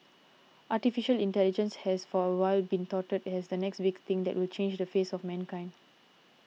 Artificial Intelligence has for a while been touted as the next big thing that will change the face of mankind